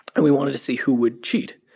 and we wanted to see who would cheat.